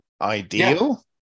ideal